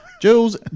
Jules